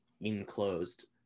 enclosed